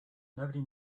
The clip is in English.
nobody